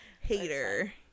hater